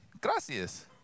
Gracias